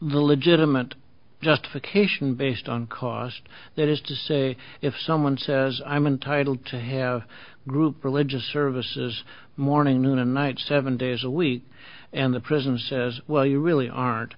legitimate justification based on cost that is to say if someone says i'm entitled to have group religious services morning noon and night seven days a week and the president says well you really